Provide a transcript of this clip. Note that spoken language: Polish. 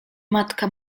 matka